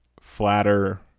flatter